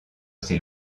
ses